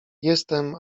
jestem